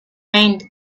and